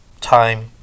time